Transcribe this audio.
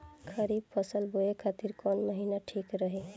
खरिफ फसल बोए खातिर कवन महीना ठीक रही?